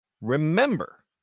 Remember